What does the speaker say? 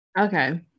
okay